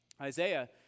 Isaiah